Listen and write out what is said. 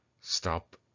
Stop